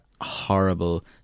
horrible